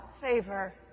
favor